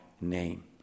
name